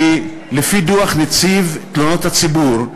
כי לפי דוח נציב תלונות הציבור,